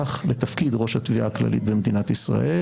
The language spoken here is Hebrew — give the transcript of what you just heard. כך לתפקיד ראש התביעה הכללית במדינת ישראל,